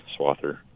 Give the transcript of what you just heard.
swather